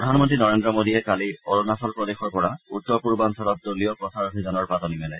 প্ৰধানমন্ত্ৰী নৰেন্দ্ৰ মোডীয়ে কালি অৰুণাচল প্ৰদেশৰ পৰা উত্তৰ পূৰ্বাঞ্চলত দলীয় প্ৰচাৰ অভিযানৰ পাতনি মেলে